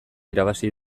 irabazi